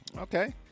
okay